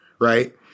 right